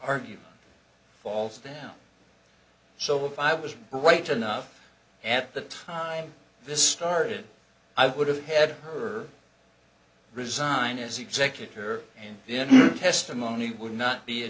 argument falls down so if i was right enough at the time this started i would have had her resign as executor and then testimony would not be a